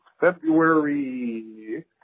February